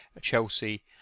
chelsea